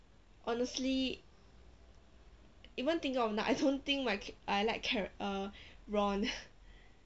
honestly even thinking of no~ I don't think my ch~ I like charact~ err ron